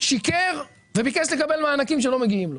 שיקר וביקש לקבל מענקים שלא מגיעים לו.